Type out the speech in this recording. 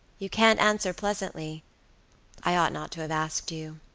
you can't answer pleasantly i ought not to have asked you.